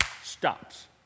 stops